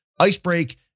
icebreak